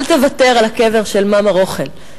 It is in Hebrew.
אל תוותר על הקבר של "מאמע רחל".